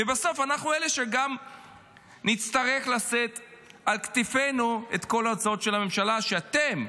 ובסוף אנחנו אלה שגם נצטרך לשאת על כתפינו את כל הוצאות הממשלה שאתם,